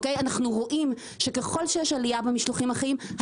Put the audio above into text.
אנחנו רואים שככל שיש עלייה במשלוחים החיים,